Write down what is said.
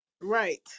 Right